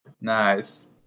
Nice